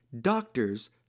doctors